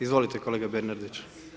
Izvolite kolega Bernardić.